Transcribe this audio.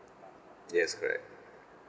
yes correct